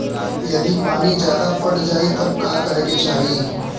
यदि पानी ज्यादा पट जायी तब का करे के चाही?